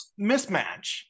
mismatch